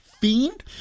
fiend